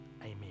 Amen